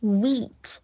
wheat